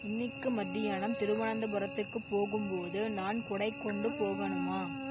இன்னிக்கு மதியானம் திருவனந்தபுரத்துக்குப் போகும்போது நான் குடை கொண்டு போகணுமா